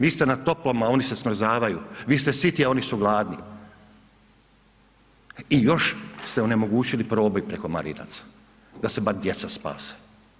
Vi ste na toplom, a oni se smrzavaju, vi ste siti, a oni su gladni i još ste onemogućili proboj preko Marinaca, da se bar djeca spase.